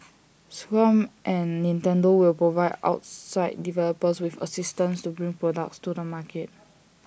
scrum and Nintendo will provide outside developers with assistance to bring products to the market